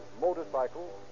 motorcycles